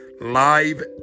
live